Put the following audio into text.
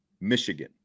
Michigan